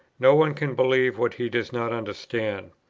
no one can believe what he does not understand.